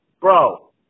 Bro